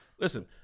Listen